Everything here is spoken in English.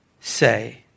say